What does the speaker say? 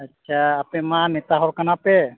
ᱟᱪᱪᱷᱟ ᱟᱯᱮᱢᱟ ᱱᱮᱛᱟᱦᱚᱲ ᱠᱟᱱᱟᱯᱮ